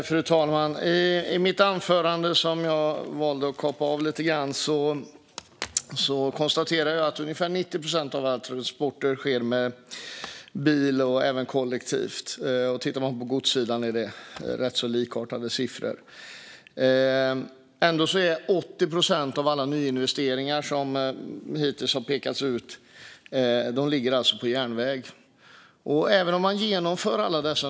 Fru talman! I mitt anförande, som jag valde att kapa av lite grann, konstaterade jag att ungefär 90 procent av alla transporter sker med bil och även kollektivt. På godssidan är det ganska likartade siffror. Ändå ligger alltså 80 procent av alla nyinvesteringar som hittills har pekats ut på järnvägen. Fru talman!